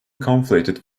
conflated